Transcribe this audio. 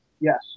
Yes